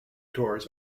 tours